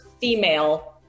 female